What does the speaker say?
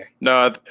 No